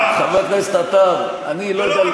חבר הכנסת בר,